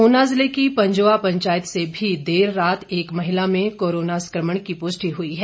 ऊना जिले की पंजोआ पंचायत से भी देर रात एक महिला में कोराना संक्रमण की पुष्टि हुई है